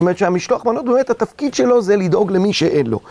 זאת אומרת שהמשלוח מנות, באמת התפקיד שלו זה לדאוג למי שאין לו.